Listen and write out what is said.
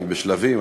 אני בשלבים,